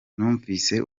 numvise